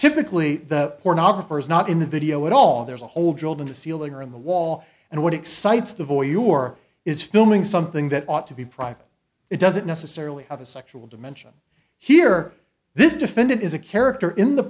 typically the pornographer is not in the video at all there's a hole drilled in the ceiling or in the wall and what excites the voyeur is filming something that ought to be private it doesn't necessarily have a sexual dimension here this defendant is a character in the